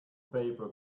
paper